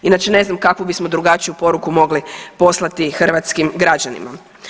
Inače ne znam kakvu bismo drugačiju poruku mogli poslati hrvatskim građanima.